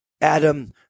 Adam